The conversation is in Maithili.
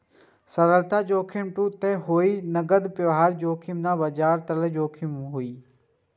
तरलता जोखिम दू तरहक होइ छै, नकद प्रवाह जोखिम आ बाजार तरलता जोखिम